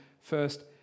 first